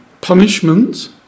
punishment